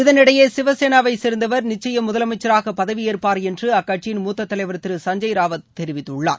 இதனிடையே சிவசேனாவைச் சேர்ந்தவர் நிச்சயம் முதலமைச்சராக பதவியேற்பார் என்று அக்கட்சியின் மூத்த தலைவர் திரு சஞ்சுய் ராவத் தெரிவித்துள்ளார்